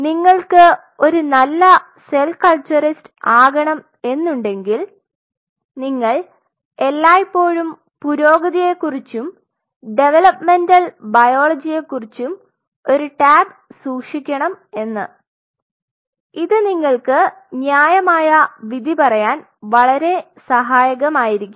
നിങ്ങൾക്ക് ഒരു നല്ല സെൽ കൾച്ചറിസ്റ്റ് ആകണം എന്നുണ്ടെങ്കിൽ നിങ്ങൾ എല്ലായ്പ്പോഴും പുരോഗതിയെക്കുറിച്ചും ഡെവെലപ്മെന്റൽ ബയോളജിയെക്കുറിച്ചും ഒരു ടാബ് സൂക്ഷിക്കണം ഇത് നിങ്ങൾക്കു ന്യായമായ വിധി പറയാൻ വളരെ സഹായകമായിരിക്കും